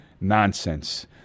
nonsense